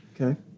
Okay